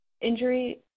injury